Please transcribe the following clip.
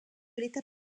l’état